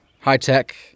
high-tech